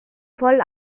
voll